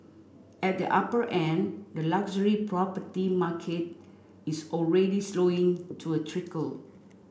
at the upper end the luxury property market is already slowing to a trickle